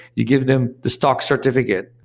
you give them the stock certificate.